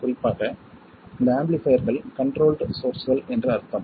குறிப்பாக இந்த ஆம்பிளிஃபைர்கள் கன்ட்ரோல்ட் சோர்ஸ்கள் என்று அர்த்தம்